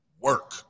work